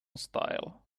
style